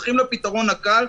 הולכים לפתרון הקל,